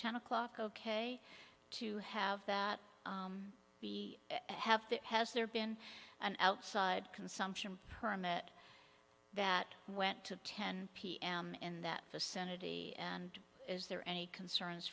ten o'clock ok to have that we have has there been an outside consumption permit that went to ten pm in that vicinity and is there any concerns